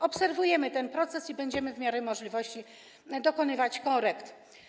Obserwujemy ten proces i będziemy w miarę możliwości dokonywać korekt.